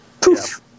Poof